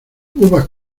uvas